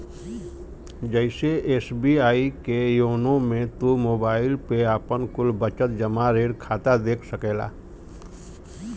जइसे एस.बी.आई के योनो मे तू मोबाईल पे आपन कुल बचत, जमा, ऋण खाता देख सकला